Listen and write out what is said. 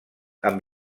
amb